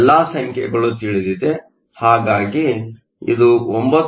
ಎಲ್ಲಾ ಸಂಖ್ಯೆಗಳು ತಿಳಿದಿವೆ ಹಾಗಾಗಿ ಇದು 9